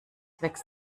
wächst